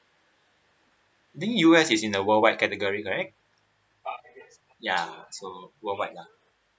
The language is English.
then U_S is in the worldwide category correct ya so worldwide lah